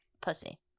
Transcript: pussy